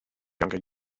younger